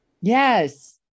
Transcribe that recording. Yes